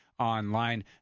online